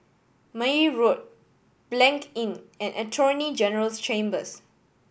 Meyer Road Blanc Inn and Attorney General's Chambers